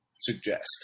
suggest